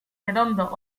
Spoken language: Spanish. redondos